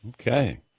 Okay